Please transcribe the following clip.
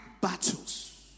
battles